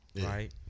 right